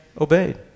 obeyed